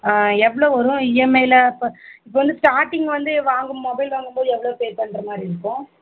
ஆ எவ்வளோ வரும் இஎம்ஐயில் இப்போ இப்போ வந்து ஸ்டார்டிங் வந்து வாங்கும் மொபைல் வாங்கும்போது எவ்வளோ பே பண்ணுற மாதிரி இருக்கும்